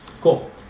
Cool